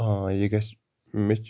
آ یہِ گژھِ مےٚ چھِ